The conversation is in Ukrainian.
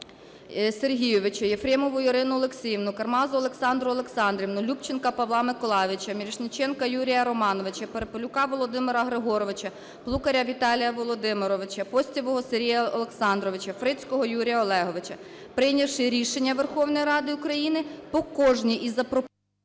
Сергійовича, Єфремову Ірину Олексіївну, Кармазу Олександру Олександрівну, Любченка Павла Миколайовича, Мірошниченка Юрія Романовича, Перепелюка Володимира Григоровича, Плукаря Віталія Володимировича, Постівого Сергія Олександровича, Фрицького Юрія Олеговича – прийнявши рішення Верховної Ради України, по кожній із запропонованих…